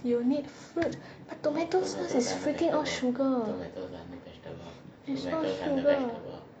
you will need fruit but tomato sauce is freaking all sugar it's all sugar